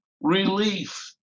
relief